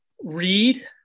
read